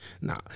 nah